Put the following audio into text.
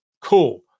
cool